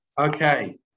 Okay